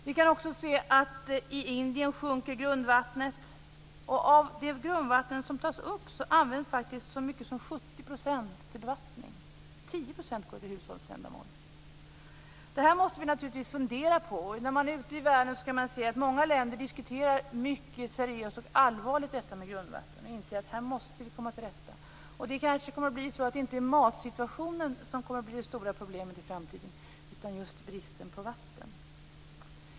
Vi kan också se att i Indien sjunker grundvattnet, och av det grundvatten som tas upp används faktiskt så mycket som 70 % till bevattning. Det här måste vi naturligtvis fundera på. När man är ute i världen kan man se att många länder diskuterar mycket seriöst och allvarligt detta med grundvatten och inser att vi måste komma till rätta med detta. Det kanske kommer att bli så att det inte är matsituationen som kommer att bli det stora problemet i framtiden, utan just bristen på vatten.